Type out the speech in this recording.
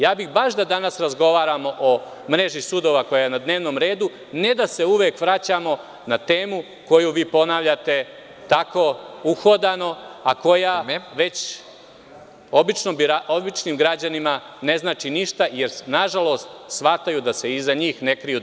Ja bih baš da danas razgovaramo o mreži sudova koja je na dnevnom redu, ne da se uvek vraćamo na temu koju vi ponavljate tako uhodano, a koja već običnim građanima ne znači ništa, jer nažalost shvataju da se iza njih ne kriju dela.